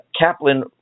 Kaplan